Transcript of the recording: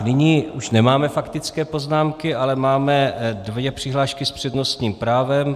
Nyní už nemáme faktické poznámky, ale máme dvě přihlášky s přednostním právem.